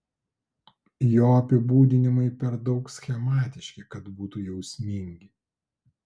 jo apibūdinimai per daug schematiški kad būtų jausmingi